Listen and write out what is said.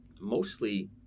mostly